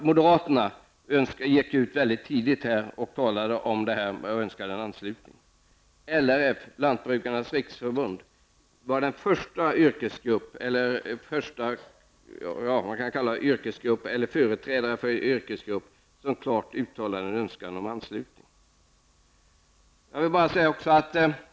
Moderaterna gick ut mycket tidigt och önskade en anslutning. LRF, lantbrukarnas riksförbund, var den första företrädaren för en yrkesgrupp som klart uttalade en önskan om anslutning.